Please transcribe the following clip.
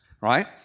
right